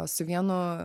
su vienu